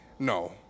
No